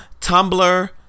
tumblr